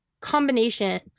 combination